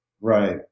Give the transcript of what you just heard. Right